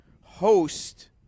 host